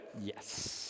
yes